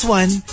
one